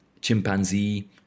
chimpanzee